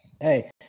Hey